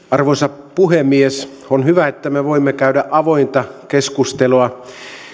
arvoisa puhemies on hyvä että me voimme käydä avointa keskustelua